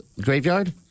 graveyard